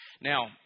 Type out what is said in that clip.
Now